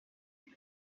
plus